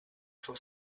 for